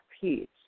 peace